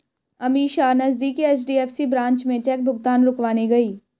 अमीषा नजदीकी HDFC branch में cheque भुगतान रुकवाने गई